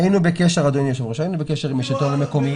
היינו בקשר עם השלטון המקומי.